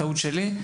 טעות שלי,